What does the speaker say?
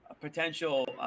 potential –